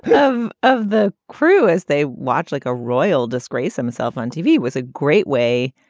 of of the crew as they watch like a royal disgrace himself on tv was a great way.